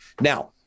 now